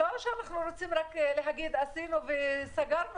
זה לא שאנחנו רוצים להגיד שעשינו וסגרנו